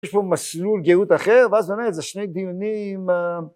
יש פה מסלול גאות אחר ואז באמת זה שני דיונים.